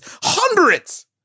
hundreds